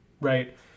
right